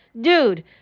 dude